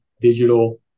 digital